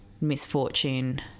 misfortune